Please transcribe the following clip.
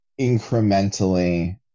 incrementally